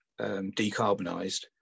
decarbonised